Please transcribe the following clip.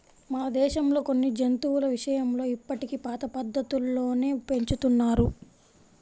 మన దేశంలో కొన్ని జంతువుల విషయంలో ఇప్పటికీ పాత పద్ధతుల్లోనే పెంచుతున్నారు